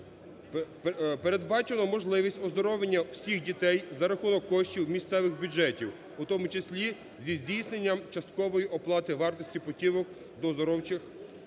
Передбачена можливість оздоровлення всіх дітей за рахунок коштів місцевих бюджетів, у тому числі зі здійсненням часткової оплати вартості путівок до оздоровчих закладів.